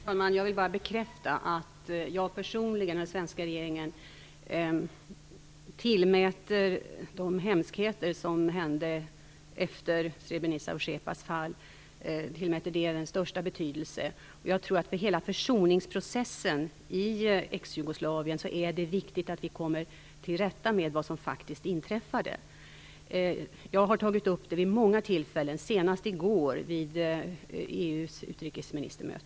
Herr talman! Jag vill bara bekräfta att jag personligen och den svenska regeringen tillmäter de hemskheter som skedde efter Srebrenicas och Zepas fall den största betydelse. Jag tror att det för hela försoningsprocessen i Exjugoslavien är viktigt att vi kommer till rätta med vad som faktiskt inträffade. Jag har tagit upp det vid många tillfällen, senast i går vid EU:s utrikesministermöte.